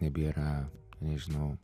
nebėra nežinau